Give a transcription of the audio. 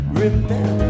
remember